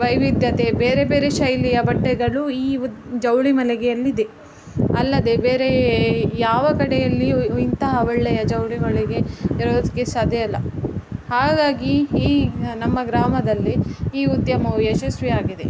ವೈವಿಧ್ಯತೆ ಬೇರೆ ಬೇರೆ ಶೈಲಿಯ ಬಟ್ಟೆಗಳು ಈ ಉದ್ ಜವಳಿ ಮಳಿಗೆಯಲ್ಲಿದೆ ಅಲ್ಲದೆ ಬೇರೆ ಯಾವ ಕಡೆಯಲ್ಲಿಯೂ ಇಂತಹ ಒಳ್ಳೆಯ ಜವಳಿ ಮಳಿಗೆ ಇರೋದಕ್ಕೆ ಸಾಧ್ಯಯಿಲ್ಲ ಹಾಗಾಗಿ ಈ ನಮ್ಮ ಗ್ರಾಮದಲ್ಲಿ ಈ ಉದ್ಯಮವು ಯಶಸ್ವಿಯಾಗಿದೆ